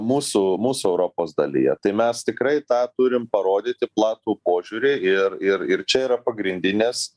mūsų mūsų europos dalyje tai mes tikrai tą turim parodyti platų požiūrį ir ir ir čia yra pagrindinės